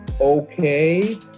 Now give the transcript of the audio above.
okay